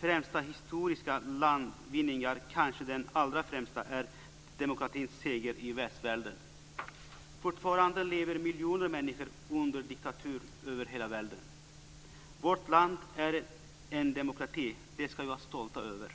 främsta historiska landvinningar, kanske den allra främsta, är demokratins seger i västvärlden. Fortfarande lever miljoner människor under diktatur över hela världen. Vårt land är en demokrati. Det ska vi vara stolta över.